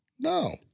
No